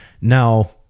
Now